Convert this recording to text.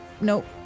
Nope